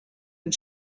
and